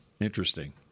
Interesting